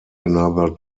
another